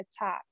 attack